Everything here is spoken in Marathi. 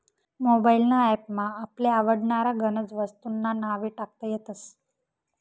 मोबाइल ना ॲप मा आपले आवडनारा गनज वस्तूंस्ना नावे टाकता येतस